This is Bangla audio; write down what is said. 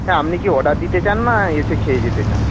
আচ্ছা আপনি কি অর্ডার দিতে চান না এসে খেয়ে যেতে চান